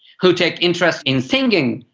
who take interest in singing,